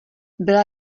byla